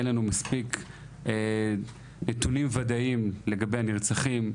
אין לנו מספיק נתונים וודאיים לגבי הנרצחים,